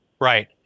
Right